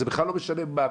זה בכלל לא משנה מה,